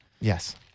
Yes